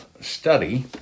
study